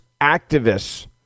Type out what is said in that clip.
activists